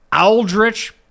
Aldrich